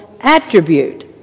attribute